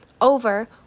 over